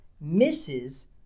misses